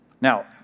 Now